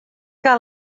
que